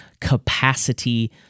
capacity